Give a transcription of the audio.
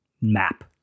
map